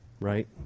right